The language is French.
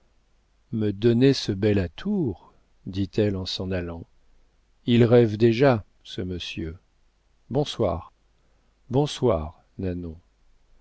me donner ce bel atour dit-elle en s'en allant il rêve déjà ce monsieur bonsoir bonsoir